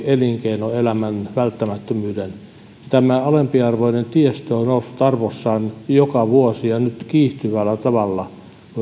elinkeinoelämän välttämättömyys tämä alempiarvoinen tiestö on noussut arvossaan joka vuosi ja nyt kiihtyvällä tavalla jos ajattelemme